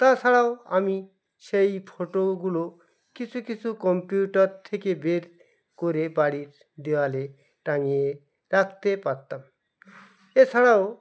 তাছাড়াও আমি সেই ফটোগুলো কিছু কিছু কম্পিউটার থেকে বের করে বাড়ির দেওয়ালে টাঙিয়ে রাখতে পারতাম এছাড়াও